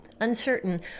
Uncertain